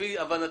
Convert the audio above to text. לפי הבנתי.